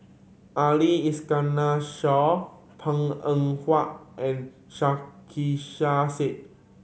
Ali Iskandar Shah Png Eng Huat and Said